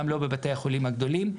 גם לא בבתי החולים הגדולים,